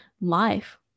life